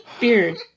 Beard